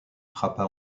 frappa